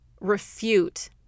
refute